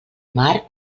marc